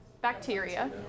bacteria